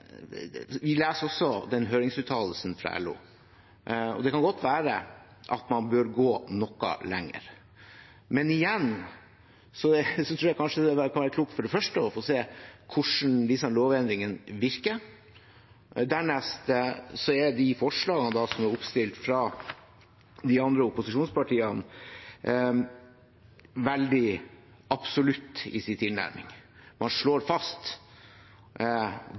Vi leser også høringsuttalelsen fra LO. Det kan godt være at man bør gå noe lenger, men igjen tror jeg kanskje det kan være klokt for det første å se hvordan disse lovendringene virker. Dernest er de forslagene som er oppstilt fra de andre opposisjonspartiene, veldig absolutte i sin tilnærming. Man slår fast;